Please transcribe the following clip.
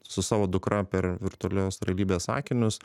su savo dukra per virtualios realybės akinius